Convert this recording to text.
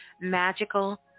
Magical